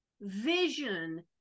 vision